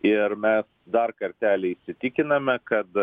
ir mes dar kartelį įsitikinome kad